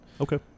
Okay